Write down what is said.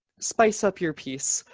spice up your piece.